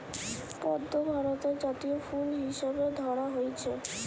পদ্ম ভারতের জাতীয় ফুল হিসাবে ধরা হইচে